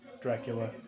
Dracula